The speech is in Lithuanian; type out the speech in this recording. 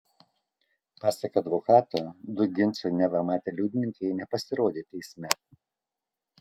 pasak advokato du ginčą neva matę liudininkai nepasirodė teisme